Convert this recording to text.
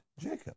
Jacob